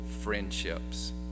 friendships